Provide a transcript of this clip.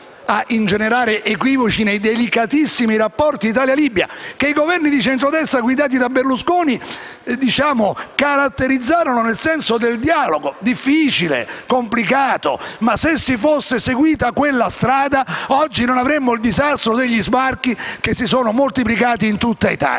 a ingenerare equivoci nei delicatissimi rapporti tra Italia e Libia, che i Governi di centrodestra guidati da Berlusconi caratterizzarono nel senso del dialogo, ancorché difficile e complicato. Se si fosse seguita quella strada, oggi non avremmo il disastro degli sbarchi, che si sono moltiplicati in tutta Italia.